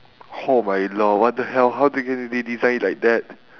[ho] my lord what the hell how did they even design it like that